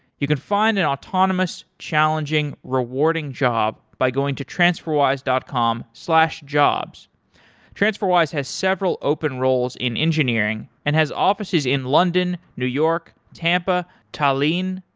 you can find an autonomous, challenging, rewarding job by going to transferwise dot com jobs transferwise has several open roles in engineering and has offices in london, new york, tampa, tallinn,